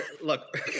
look